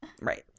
Right